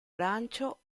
arancio